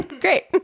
great